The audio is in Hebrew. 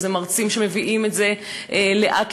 וזה מרצים שמביאים את זה לאט-לאט.